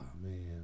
man